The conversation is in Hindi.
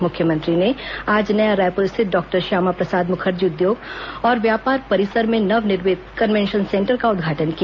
मुख्यमंत्री ने आज नया रायपुर स्थित डॉक्टर श्यामा प्रसाद मुखर्जी उद्योग और व्यापार परिसर में नवनिर्मित कनवेंशन सेंटर का उदघाटन किया